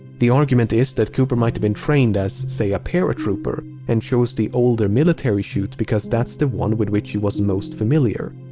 the argument is that cooper might have been trained as, say, a paratrooper, and chose the older military chute because that's the one with which he was most familiar.